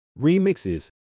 remixes